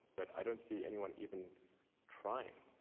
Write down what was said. but i don't see anyone even trying.